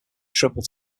triple